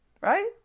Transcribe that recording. right